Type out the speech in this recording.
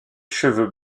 cheveux